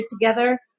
together